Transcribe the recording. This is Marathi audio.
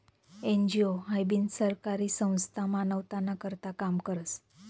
एन.जी.ओ हाई बिनसरकारी संस्था मानवताना करता काम करस